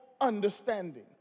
understanding